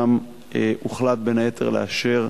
ושם הוחלט בין היתר לאשר